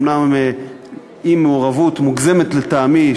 אומנם עם מעורבות מוגזמת לטעמי,